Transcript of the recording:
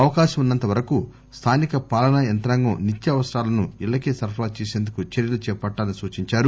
అవకాశం ఉన్న ంత వరకు స్లానిక పాలన యంత్రాంగం నిత్య అవసరాలను ఇళ్లకే సరఫరా చేసేందుకు చర్యలు చేపట్టాలని సూచించారు